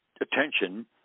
attention